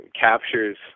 captures